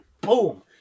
Boom